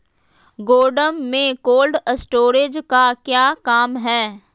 गोडम में cold storage का क्या काम है?